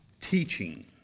teaching